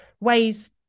Ways